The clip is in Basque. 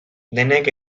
denek